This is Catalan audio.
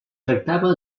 tractava